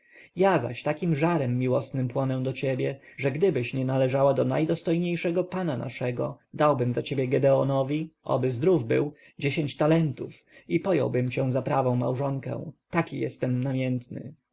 ja zaś takim żarem miłosnym płonę do ciebie że gdybyś nie należała do najdostojniejszego pana naszego dałbym za ciebie gedeonowi oby zdrów był dziesięć talentów i pojąłbym cię za prawą małżonkę taki jestem namiętny